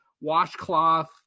washcloth